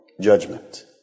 judgment